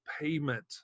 payment